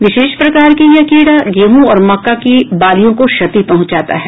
विशेष प्रकार की यह कीड़ा गेहूॅ और मक्का की बालियों को क्षति पहुंचाता है